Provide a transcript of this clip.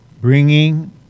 bringing